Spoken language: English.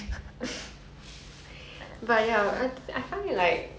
蜡笔 is like one of the 最难的东西 to 用 to 画